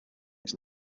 its